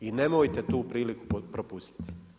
I nemojte tu priliku propustiti.